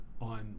on